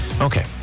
Okay